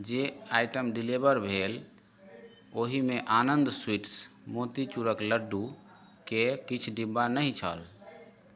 जे item deliver भेल ओहिमे आनन्द स्वीट्स मोतीचूड़क लड्डूक किछु डिब्बा नहि छल